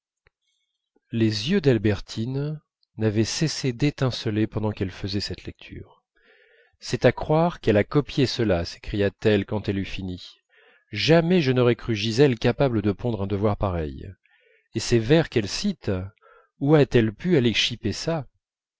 les yeux d'albertine n'avaient cessé d'étinceler pendant qu'elle faisait cette lecture c'est à croire qu'elle a copié cela s'écria-t-elle quand elle eut fini jamais je n'aurais cru gisèle capable de pondre un devoir pareil et ces vers qu'elle cite où a-t-elle pu aller chiper ça